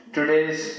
Today's